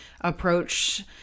approach